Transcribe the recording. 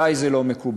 עלי זה לא מקובל.